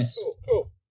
Cool